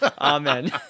amen